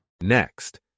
Next